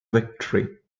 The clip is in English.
victory